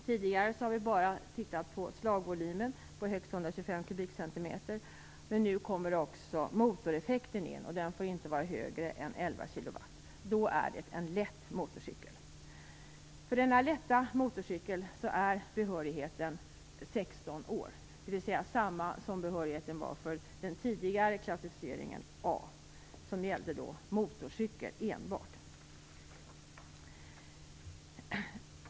Tidigare har vi bara tittat på slagvolymen på högst 1253 cm, men nu kommer också motoreffekten in, och den får inte vara högre än 11 kW, då är det en lätt motorcykel. För denna lätta motorcykel är behörigheten 16 år, dvs. samma behörighet som gällde för den tidigare klassificeringen A och som gällde enbart motorcykel.